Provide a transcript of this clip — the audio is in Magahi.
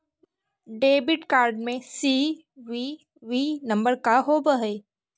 डेबिट कार्ड में सी.वी.वी नंबर का होव हइ?